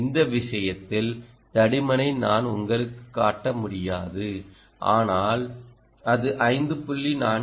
இந்த விஷயத்தில் தடிமனை நான் உங்களுக்கு காட்ட முடியாது ஆனால் அது 5